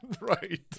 Right